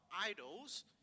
idols